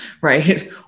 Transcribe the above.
Right